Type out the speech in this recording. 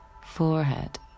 Forehead